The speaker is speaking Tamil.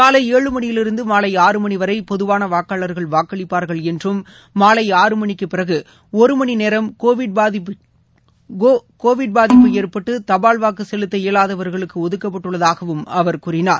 காலை ஏழு மணியிலிருந்து மாலை ஆறு மணிவரை பொதுவான வாக்காளர்கள் வாக்களிப்பார்கள் என்றும் மாலை ஆறு மணிக்கு பிறகு ஒரு மணி நேரம் கோவிட் பாதிப்பு ஏற்பட்டு தபால் வாக்கு செலுத்த இயலாதவர்களுக்கு ஒதுக்கப்பட்டுள்ளதாகவும் அவர் கூறினார்